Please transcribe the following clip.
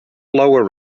lower